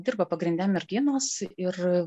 dirba pagrinde merginos ir